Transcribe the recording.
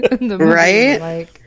Right